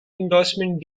endorsement